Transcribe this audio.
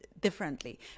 differently